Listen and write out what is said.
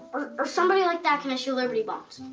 or somebody like that can issue liberty bonds.